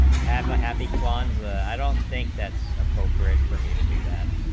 have a happy kwanzaa i don't think that's appropriate for me to do that,